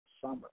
summer